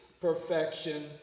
perfection